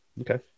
Okay